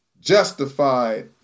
justified